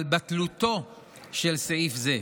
הורה על בטלותו של סעיף זה,